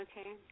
okay